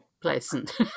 pleasant